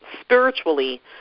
spiritually